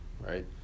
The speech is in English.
right